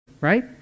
right